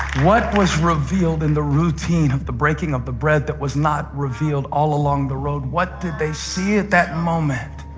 what was revealed in the routine of the breaking of the bread that was not revealed all along the road? what did they see at that moment